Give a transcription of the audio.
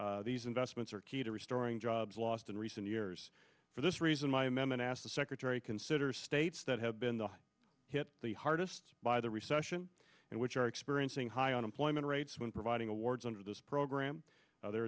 jobs these investments are key to restoring jobs lost in recent years for this reason my m m and asked the secretary consider states that have been hit the hardest by the recession and which are experiencing high unemployment rates when providing awards under this program there